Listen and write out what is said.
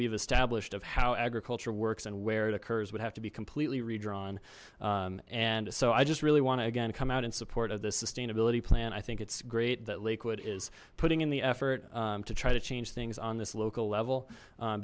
we've established of how agriculture works and where it occurs would have to be completely redrawn and so i just really want to again come out in support of this sustainability plan i think it's great that lakewood is putting in the effort to try to change things on this local level